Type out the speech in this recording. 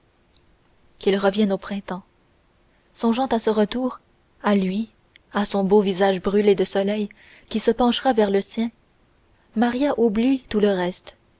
qu'il revienne au printemps songeant à ce retour à lui à son beau visage brûlé de soleil qui se penchera vers le sien maria oublie tout le reste